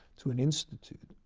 to an institute,